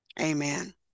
Amen